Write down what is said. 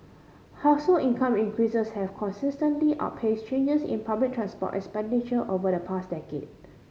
household income increases have consistently outpace changes in public transport expenditure over the past decade